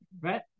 right